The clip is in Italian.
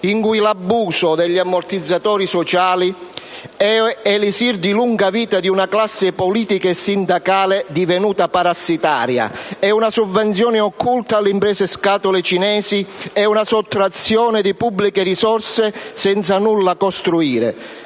in cui l'abuso degli ammortizzatori sociali è *elisir* di lunga vita di una classe politica e sindacale divenuta parassitaria; è una sovvenzione occulta alle imprese-scatole cinesi, una sottrazione di pubbliche risorse senza nulla costruire,